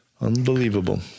Unbelievable